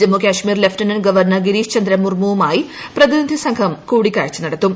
Jammu Kashmir lieutenant governor Girish Chandra മുർമുവുമായി പ്രതിനിധി സംഘം കൂടിക്കാഴ്ച നടത്തും